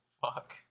fuck